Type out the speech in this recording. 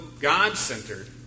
God-centered